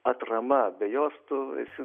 atrama be jos tu esi